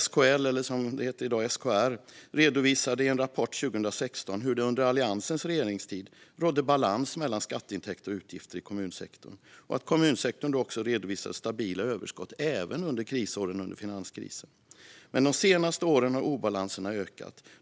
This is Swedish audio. SKL - SKR som det heter i dag - redovisade i en rapport 2016 hur det under Alliansens regeringstid rådde balans mellan skatteintäkter och utgifter i kommunsektorn och att kommunsektorn då också redovisade stabila överskott, även under finanskrisåren. Men de senaste åren har obalanserna ökat.